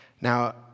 Now